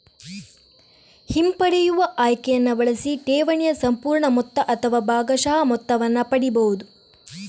ಹಿಂಪಡೆಯುವ ಆಯ್ಕೆಯನ್ನ ಬಳಸಿ ಠೇವಣಿಯ ಸಂಪೂರ್ಣ ಮೊತ್ತ ಅಥವಾ ಭಾಗಶಃ ಮೊತ್ತವನ್ನ ಪಡೀಬಹುದು